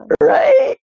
right